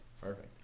Perfect